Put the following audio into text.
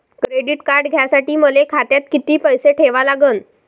Credit card घ्यासाठी मले खात्यात किती पैसे ठेवा लागन?